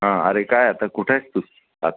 हां अरे काय आता कुठे आहेस तू आता